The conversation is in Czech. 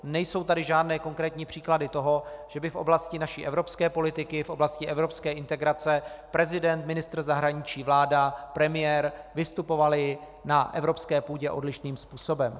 Nejsou tady žádné konkrétní příklady toho, že by v oblasti naší evropské politiky, v oblasti evropské integrace prezident, ministr zahraničí, vláda, premiér vystupovali na evropské půdě odlišným způsobem.